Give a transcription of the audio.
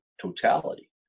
totality